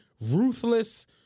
Ruthless